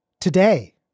today